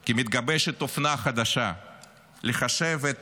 כי מתגבשת אופנה חדשה לחשב את